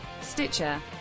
Stitcher